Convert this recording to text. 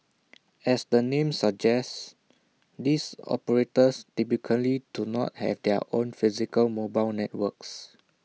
as the name suggests these operators typically do not have their own physical mobile networks